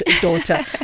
daughter